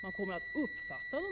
De kommer alltså att uppfattas så,